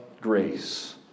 grace